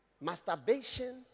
masturbation